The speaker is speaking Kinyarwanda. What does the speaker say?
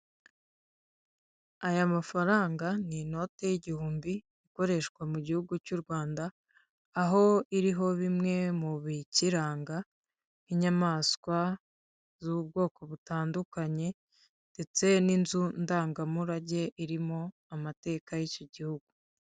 Aya mafaranga ni inote y'igihumbi ikoreshwa mu gihugu cy'u Rwanda, aho iriho bimwe mu bikiranga nk'inyamaswa z'ubwoko butandukanye ndetse n'inzu ndangamurage irimo amateka y'iki gihugu.